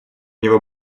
него